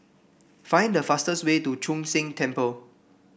find the fastest way to Chu Sheng Temple